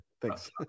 thanks